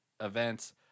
events